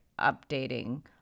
updating